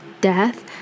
death